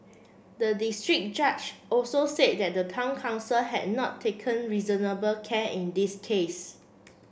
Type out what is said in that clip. the district judge also said that the town council had not taken reasonable care in this case